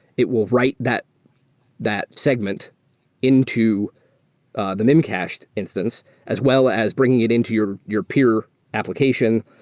it will write that that segment into the memcached instance as well as bringing it in to your your peer application,